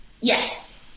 Yes